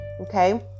okay